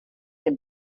dem